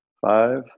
Five